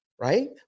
right